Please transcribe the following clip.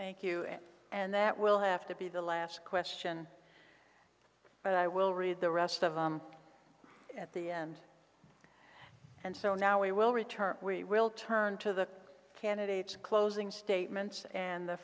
thank you it and that will have to be the last question but i will read the rest of them at the end and so now we will return we will turn to the closing statements and the